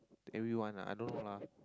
everyone lah I don't know lah